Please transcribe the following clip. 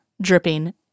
dripping